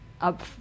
up